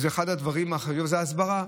ואחד הדברים זה הסברה,